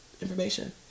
information